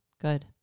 Good